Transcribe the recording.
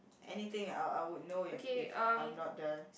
anything I I would know if if I'm not the